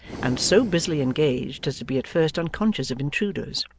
and so busily engaged as to be at first unconscious of intruders.